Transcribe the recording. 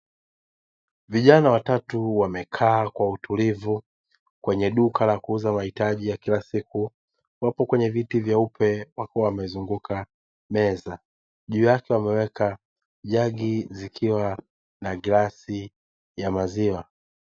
Vijana watatu wamekaa kwa utulivu kwenye duka la kuuza mahitaji ya kila siku, wapo kwenye viti vyeupe wako wamezunguka meza, juu yake wameweka jagi zikiwa na glasi ya maziwa.